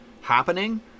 happening